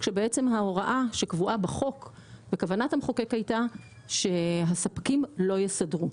וההוראה הקבועה בחוק בכוונת המחוקק הייתה שהספקים לא יסדרו,